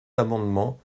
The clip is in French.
amendement